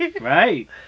Right